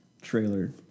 trailer